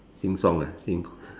sing song ah sing